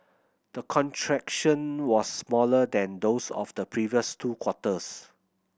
the contraction was smaller than those of the previous two quarters